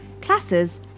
classes